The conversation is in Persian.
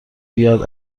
بیاد